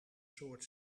soort